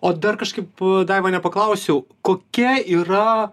o dar kažkaip daiva nepaklausiau kokia yra